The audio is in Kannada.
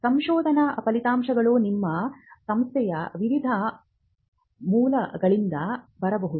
ಸಂಶೋಧನಾ ಫಲಿತಾಂಶಗಳು ನಿಮ್ಮ ಸಂಸ್ಥೆಯ ವಿವಿಧ ಮೂಲಗಳಿಂದ ಬರಬಹುದು